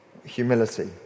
Humility